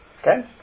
Okay